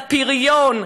לפריון,